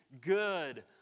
good